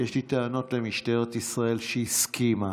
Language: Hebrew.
יש לי טענות למשטרת ישראל, שהסכימה,